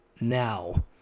now